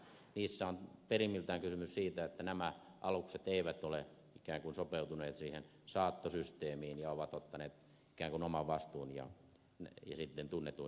niissä on perimmiltään kysymys siitä että nämä alukset eivät ole ikään kuin sopeutuneet siihen saattosysteemiin ja ovat ottaneet ikään kuin oman vastuun tunnetuin seurauksin